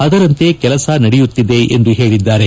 ಅದರಂತೆ ಕೆಲಸ ನಡೆಯುತ್ತಿದೆ ಎಂದು ಹೇಳಿದ್ದಾರೆ